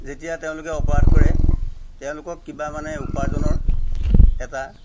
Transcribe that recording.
যেতিয়া তেওঁলোকে অপৰাধ কৰে তেওঁলোকক কিবা মানে উপাৰ্জনৰ এটা